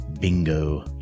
Bingo